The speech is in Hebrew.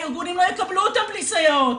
הארגונים לא יקבלו אותם בלי סייעות.